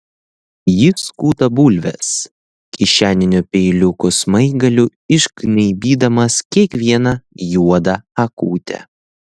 jis skuta bulves kišeninio peiliuko smaigaliu išgnaibydamas kiekvieną juodą akutę